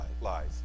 lies